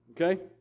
okay